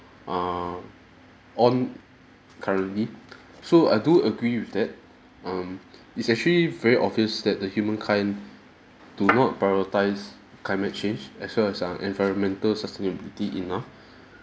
err on currently so I do agree with that um it's actually very obvious that the humankind do not prioritise climate change as well as on environmental sustainability enough